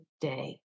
day